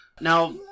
now